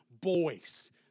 boys